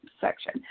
section